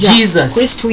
Jesus